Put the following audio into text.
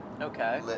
okay